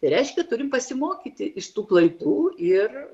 tai reiškia turim pasimokyti iš tų klaidų ir